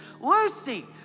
Lucy